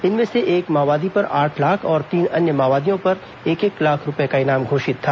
इनमें से एक माओवादी पर आठ लाख और तीन अन्य माओवादियों पर एक एक लाख रूपये का इनाम घोषित था